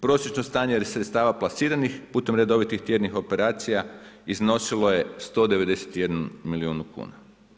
Prosječno stanje sredstava plasiranih putem redovitih tjednih operacija iznosilo je 191 milijun kuna.